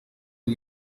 ngo